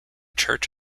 church